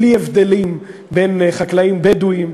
בלי הבדלים בין חקלאים בדואים,